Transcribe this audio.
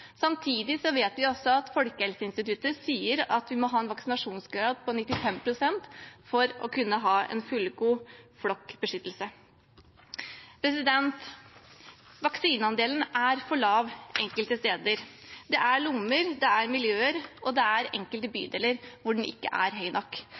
Samtidig vet vi at Folkehelseinstituttet sier vi må ha en vaksinasjonsgrad på 95 pst. for å kunne ha en fullgod flokkbeskyttelse. Vaksineandelen er for lav enkelte steder. Det er lommer, det er miljøer, og det er enkelte